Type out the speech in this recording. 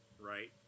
right